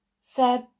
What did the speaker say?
Seb